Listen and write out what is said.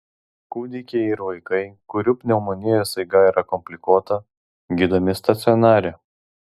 kūdikiai ir vaikai kurių pneumonijos eiga yra komplikuota gydomi stacionare